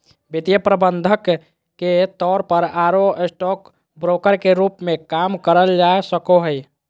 वित्तीय प्रबंधक के तौर पर आरो स्टॉक ब्रोकर के रूप मे काम करल जा सको हई